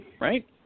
Right